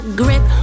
grip